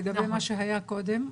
לגבי מה שהיה קודם?